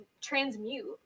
transmute